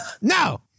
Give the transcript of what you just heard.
No